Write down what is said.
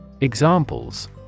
Examples